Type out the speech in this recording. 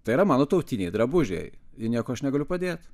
tai yra mano tautiniai drabužiai ir nieko aš negaliu padėt